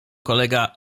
kolega